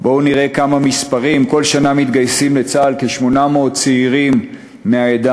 בואו נראה כמה מספרים: כל שנה מתגייסים לצה"ל כ-800 צעירים מהעדה,